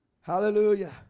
Hallelujah